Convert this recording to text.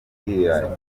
kwiragiza